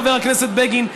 חבר הכנסת בגין,